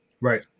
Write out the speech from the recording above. Right